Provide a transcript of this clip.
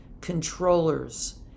Controllers